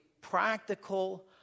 practical